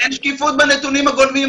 אין שקיפות בנתונים הגולמיים.